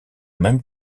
même